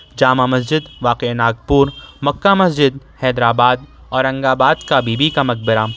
جامع مسجد واقع ناگپور مکہ مسجد حیدر آباد اورنگاباد کا بی بی کا مقبرہ